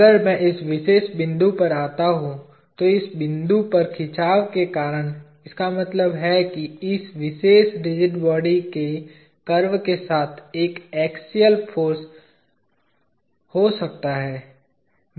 अगर मैं इस विशेष बिंदु पर आता हूं तो इस बिंदु पर खिंचाव के कारण इसका मतलब है कि इस विशेष रिजिड बॉडी के कर्व के साथ एक एक्सियल फाॅर्स या फाॅर्स हो सकता है